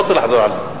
לא רוצה לחזור על זה.